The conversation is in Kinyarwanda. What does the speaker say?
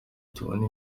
tubona